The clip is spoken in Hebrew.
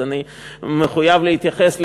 אז אני מחויב להתייחס,